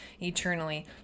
eternally